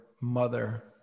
mother